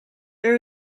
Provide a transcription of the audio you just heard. there